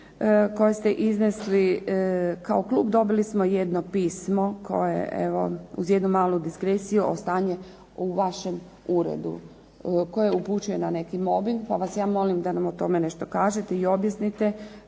koje ste iznesli. Kao klub dobili smo jedno pismo koje evo uz jednu malu dizgresiju o stanje u vašem uredu, …/Ne razumije se./… upućuje na neki mobbing, pa vas ja molim da nam o tome nešto kažete, i objasnite,